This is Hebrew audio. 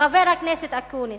חבר הכנסת אקוניס.